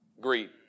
Greed